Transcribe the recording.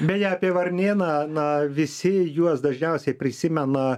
beje apie varnėną na visi juos dažniausiai prisimena